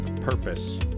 Purpose